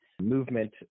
movement